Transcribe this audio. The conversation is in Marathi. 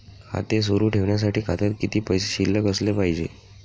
खाते सुरु ठेवण्यासाठी खात्यात किती पैसे शिल्लक असले पाहिजे?